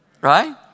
right